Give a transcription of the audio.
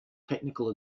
technical